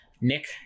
Nick